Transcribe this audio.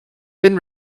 been